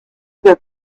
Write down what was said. that